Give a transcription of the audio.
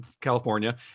California